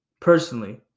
personally